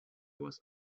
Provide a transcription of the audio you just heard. was